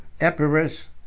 Epirus